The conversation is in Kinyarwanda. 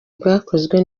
bwakozwe